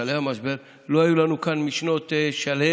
בשלהי המשבר לא היו לנו כאן משנות השישים,